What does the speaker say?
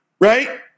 right